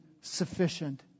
sufficient